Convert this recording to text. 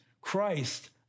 Christ